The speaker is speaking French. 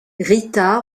rita